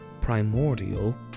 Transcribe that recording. Primordial